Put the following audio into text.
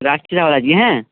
রাখছি তাহলে আজকে হ্যাঁ